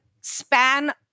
span